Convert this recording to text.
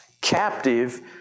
captive